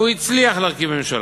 והוא הצליח להרכיב ממשלה.